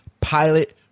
pilot